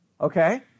Okay